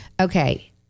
Okay